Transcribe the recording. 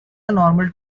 normal